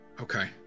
Okay